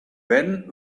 when